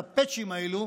את הפאצ'ים האלו,